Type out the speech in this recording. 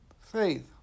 faith